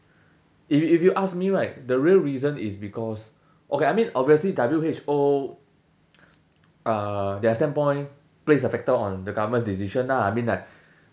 if if you ask me right the real reason is because okay I mean obviously W_H_O uh their standpoint plays a factor on the government's decision lah I mean like